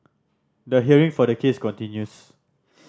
the hearing for the case continues